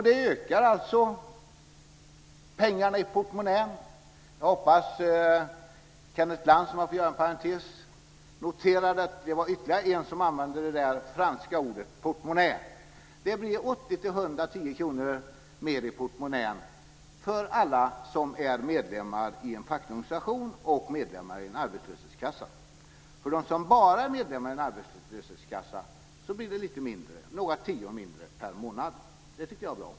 Det ökar alltså pengarna i portmonnän. Jag hoppas att Kenneth Lantz, för att göra en parentes, noterar detta som var ytterligare en som använde det franska ordet portmonnä. Det blir 80-100 kr mer i portmonnän för alla som är medlemmar i en facklig organisation och medlemmar i en arbetslöshetskassa. För dem som bara är medlemmar i en arbetslöshetskassa blir det lite mindre, några tior mindre, per månad. Det tycker jag är bra.